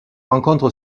rencontre